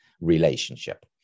relationship